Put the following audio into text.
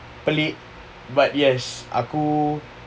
pelik but yes aku